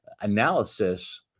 analysis